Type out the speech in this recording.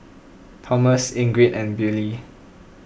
Tomas Ingrid and Billye